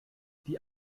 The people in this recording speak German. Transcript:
die